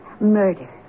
murder